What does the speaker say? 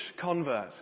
convert